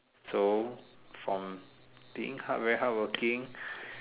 so from being hard very hardworking